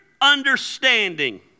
understanding